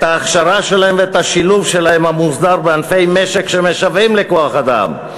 את ההכשרה שלהם ואת השילוב המוסדר שלהם בענפי משק שמשוועים לכוח-אדם,